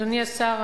אדוני השר,